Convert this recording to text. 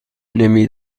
نمی